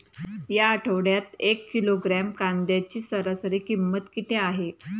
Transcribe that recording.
या आठवड्यात एक किलोग्रॅम कांद्याची सरासरी किंमत किती आहे?